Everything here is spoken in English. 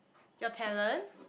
your talent